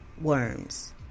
worms